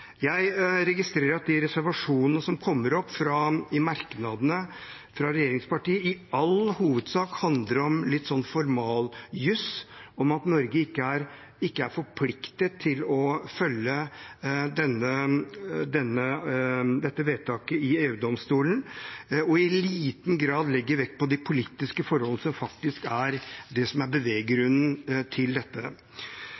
Jeg registrerer at de reservasjonene som kommer opp i merknadene fra regjeringspartiene, i all hovedsak handler om litt sånn formaljuss, om at Norge ikke er forpliktet til å følge dette vedtaket fra EU-domstolen, og i liten grad legger vekt på de politiske forholdene som faktisk er det som er